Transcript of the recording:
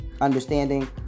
understanding